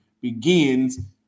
begins